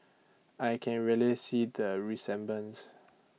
I can really see the resemblance